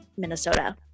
Minnesota